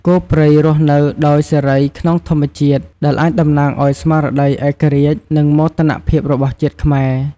គោព្រៃរស់នៅដោយសេរីក្នុងធម្មជាតិ ដែលអាចតំណាងឲ្យស្មារតីឯករាជ្យ និងមោទនភាពរបស់ជាតិខ្មែរ។